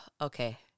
okay